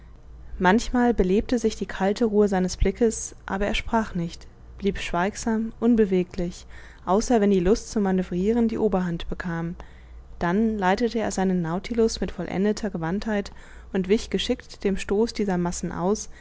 manchmal belebte sich die kalte ruhe seines blickes aber er sprach nicht blieb schweigsam unbeweglich außer wenn die luft zu manövriren die oberhand bekam dann leitete er seinen nautilus mit vollendeter gewandtheit und wich geschickt dem stoß dieser massen aus